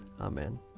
Amen